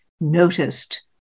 noticed